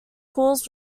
calls